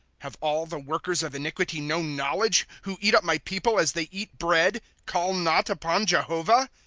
have all the workers of iniquity no knowledge, who eat up my people as they eat bread, call not upon jehovah?